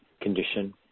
condition